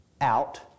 out